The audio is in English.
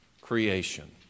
creation